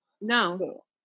No